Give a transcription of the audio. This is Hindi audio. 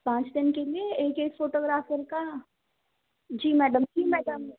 पाँच दिन के लिए एक एक फोटोग्राफर का जी मैडम जी मैडम